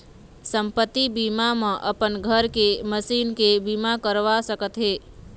संपत्ति बीमा म अपन घर के, मसीन के बीमा करवा सकत हे